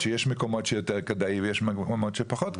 שיש מקומות שיותר כדאי ויש מקומות שפחות כדאי.